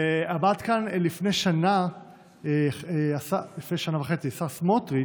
ועמד כאן לפני שנה וחצי השר סמוטריץ'